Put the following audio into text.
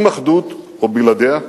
עם אחדות או בלעדיה,